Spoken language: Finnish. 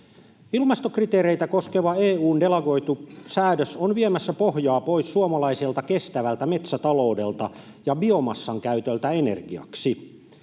Ilmastokriteereitä koskeva EU:n delegoitu säädös on viemässä pohjaa pois suomalaiselta kestävältä metsätaloudelta ja biomassan käytöltä energiaksi.